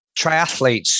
triathletes